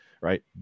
right